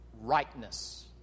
rightness